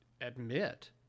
admit